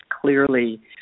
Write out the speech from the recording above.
clearly